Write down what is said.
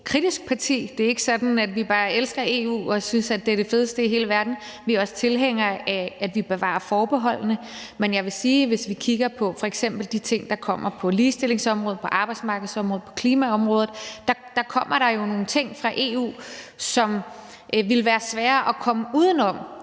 parti, og det er ikke sådan, at vi bare elsker EU og synes, at det er det fedeste i hele verden, og vi er også tilhængere af, at vi bevarer forbeholdene. Men jeg vil jo sige, at der, hvis vi f.eks. kigger på de ting, der kommer på ligestillingsområdet, på arbejdsmarkedsområdet og på klimaområdet, også kommer nogle ting fra EU, som det ville være svært at komme uden om